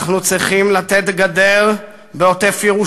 אנחנו צריכים לתת גדר בעוטף-ירושלים,